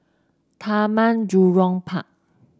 Taman Jurong Park